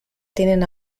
tiene